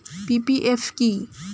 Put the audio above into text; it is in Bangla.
পি.পি.এফ কি?